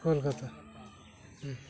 ᱠᱳᱞᱠᱟᱛᱟ ᱦᱮᱸ